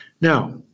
Now